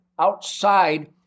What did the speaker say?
outside